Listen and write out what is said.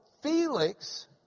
Felix